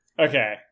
Okay